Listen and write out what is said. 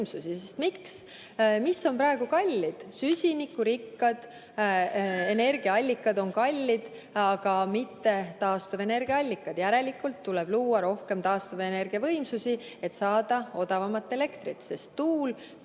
Miks? Mis on praegu kallid? Süsinikurikkad energiaallikad on kallid, aga mitte taastuvenergia allikad. Järelikult tuleb luua rohkem taastuvenergia võimsusi, et saada odavamat elektrit, sest tuul, päike,